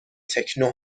تکنو